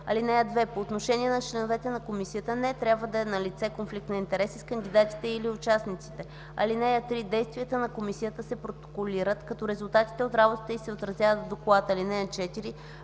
членове. (2) По отношение на членовете на комисията не трябва да е налице конфликт на интереси с кандидатите или участниците. (3) Действията на комисията се протоколират, като резултатите от работата й се отразяват в доклад. (4)